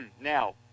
Now